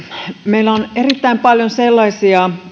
meillä on erittäin paljon sellaisia